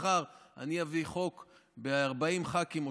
אז מחר אני אביא חוק בתמיכה של 40 ח"כים או